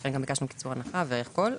לכן גם ביקשנו קיצור הנחה והכול.